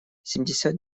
семьдесят